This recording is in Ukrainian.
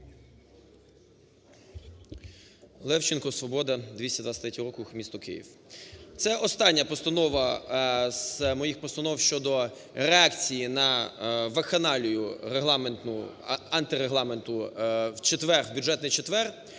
Левченко, "Свобода", 223 округ, місто Київ. Це остання постанова з моїх постанов щодо реакції на вакханалію регламентну, антирегламентну у четвер,